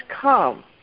come